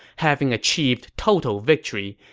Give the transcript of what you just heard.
having achieved total victory,